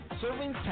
serving